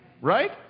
right